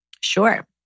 Sure